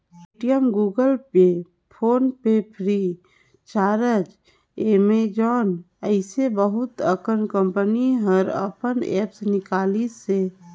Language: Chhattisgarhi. Paytm, Google Pay, PhonePe Freecharge, Amazon जइसे बहुत अकन कंपनी हर अपन ऐप्स निकालिसे